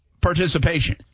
participation